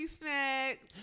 snack